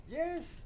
yes